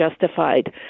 justified